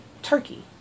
turkey